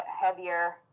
heavier